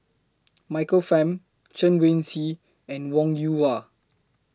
Michael Fam Chen Wen Hsi and Wong Yoon Wah